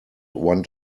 one